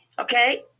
okay